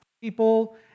people